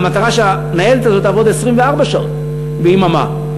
הרי המטרה היא שהניידת הזו תעבוד 24 שעות ביממה.